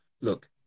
look